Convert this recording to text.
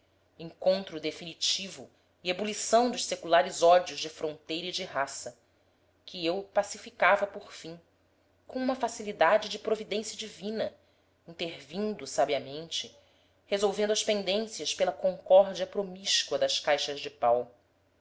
encontro definitivo e ebulição dos seculares ódios de fronteira e de raça que eu pacificava por fim com uma facilidade de providência divina intervindo sabiamente resolvendo as pendências pela concórdia promíscua das caixas de pau